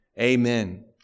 amen